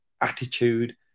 attitude